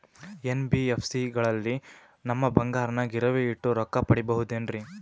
NBFC ಗಳಲ್ಲಿ ನಮ್ಮ ಬಂಗಾರನ ಗಿರಿವಿ ಇಟ್ಟು ರೊಕ್ಕ ಪಡೆಯಬಹುದೇನ್ರಿ?